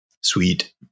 Sweet